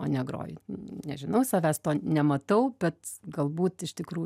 o negroju nežinau savęs nematau bet galbūt iš tikrų